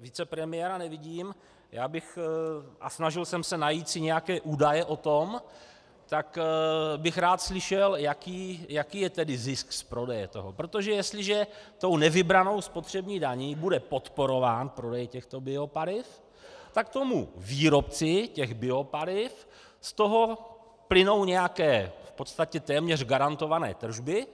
vicepremiéra nevidím, já bych a snažil jsem se najít nějaké údaje o tom tak bych rád slyšel, jaký je tedy zisk z prodeje toho, protože jestliže tou nevybranou spotřební daní bude podporován prodej těchto biopaliv, tak tomu výrobci těch biopaliv z toho plynou nějaké v podstatě téměř garantované tržby.